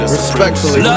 Respectfully